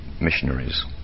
missionaries